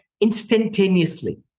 instantaneously